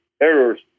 errors